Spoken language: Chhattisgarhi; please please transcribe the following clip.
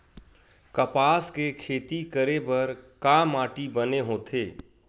कपास के खेती करे बर का माटी बने होथे?